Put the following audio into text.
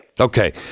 Okay